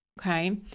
Okay